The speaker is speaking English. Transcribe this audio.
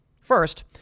first